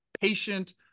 patient